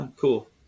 cool